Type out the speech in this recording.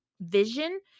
vision